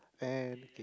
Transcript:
and